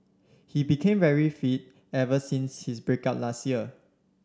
he became very fit ever since his break up last year